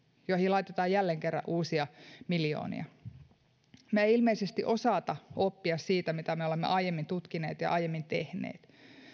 joihin laitetaan jälleen kerran uusia miljoonia me emme ilmeisesti osaa oppia siitä mitä me olemme aiemmin tutkineet ja ja aiemmin tehneet